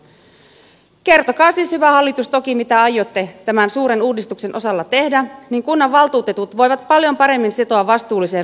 kertokaa siis hyvä hallitus toki mitä aiotte tämän suuren uudistuksen osalta tehdä niin kunnanvaltuutetut voivat paljon paremmin sitoutua vastuulliseen luottamustehtäväänsä